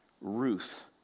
Ruth